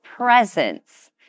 presence